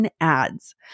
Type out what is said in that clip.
ads